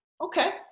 Okay